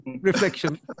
reflection